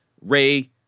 Ray